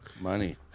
Money